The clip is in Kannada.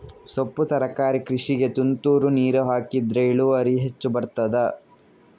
ಸೊಪ್ಪು ತರಕಾರಿ ಕೃಷಿಗೆ ತುಂತುರು ನೀರು ಹಾಕಿದ್ರೆ ಇಳುವರಿ ಹೆಚ್ಚು ಬರ್ತದ?